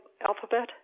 alphabet